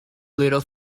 little